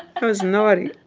i was naughty